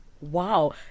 Wow